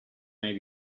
may